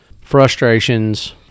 frustrations